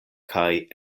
kaj